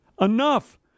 Enough